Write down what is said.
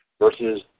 versus